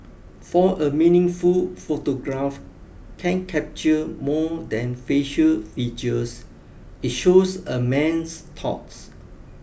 for a meaningful photograph can capture more than facial features it shows a man's thoughts